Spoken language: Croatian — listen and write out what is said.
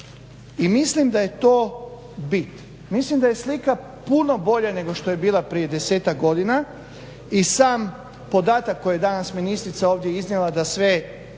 I mislim da je to bit. Mislim da je slika puno bolje nego što je bila prije desetak godina i sam podatak koji je danas ministrica ovdje iznijela da sve